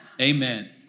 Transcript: Amen